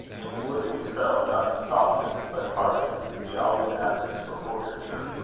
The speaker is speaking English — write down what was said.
in wood and stone, not the softest, but hardest, be always aptest for portraiture,